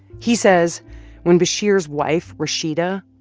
he says when bashir's wife, rashida,